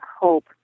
hope